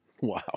Wow